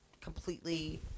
completely